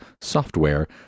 software